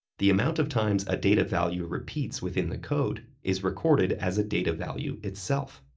the amount of times a data value repeats within the code is recorded as a data value itself.